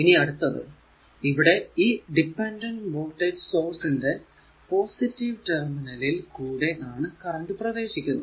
ഇനി അടുത്ത് ഇവിടെ ഈ ഡിപെൻഡന്റ് വോൾടേജ് സോഴ്സ് ന്റെ പോസിറ്റീവ് ടെർമിനലിൽ കൂടെ ആണ് കറന്റ് പ്രവേശിക്കുന്നത്